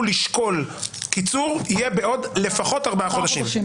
לשקול קיצור תהיה בעוד לפחות ארבעה חודשים.